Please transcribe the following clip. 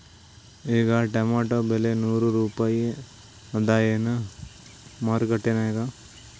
ಈಗಾ ಟೊಮೇಟೊ ಬೆಲೆ ನೂರು ರೂಪಾಯಿ ಅದಾಯೇನ ಮಾರಕೆಟನ್ಯಾಗ?